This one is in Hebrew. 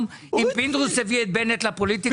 אם פינדרוס הביא את בנט לפוליטיקה?